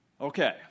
Okay